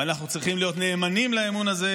ואנחנו צריכים להיות נאמנים לאמון הזה